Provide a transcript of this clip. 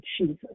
Jesus